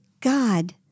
God